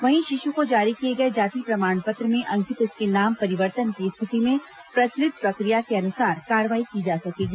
वहीं शिशु को जारी किए गए जाति प्रमाण पत्र में अंकित उसके नाम परिवर्तन की स्थिति में प्रचलित प्रक्रिया के अनुसार कार्रवाई की जा सकेगी